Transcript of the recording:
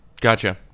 Gotcha